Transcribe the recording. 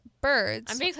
birds